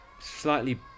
slightly